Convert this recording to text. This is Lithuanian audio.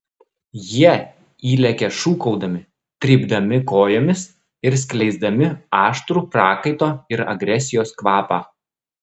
jie įlekia šūkaudami trypdami kojomis ir skleisdami aštrų prakaito ir agresijos kvapą